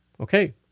Okay